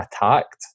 attacked